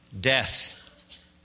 death